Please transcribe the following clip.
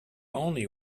only